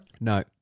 no